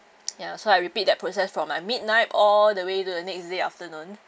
ya so I repeat that process from my midnight all the way to the next day afternoon